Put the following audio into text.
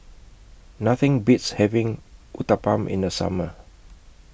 Nothing Beats having Uthapam in The Summer